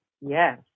Yes